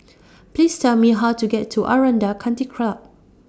Please Tell Me How to get to Aranda Country Club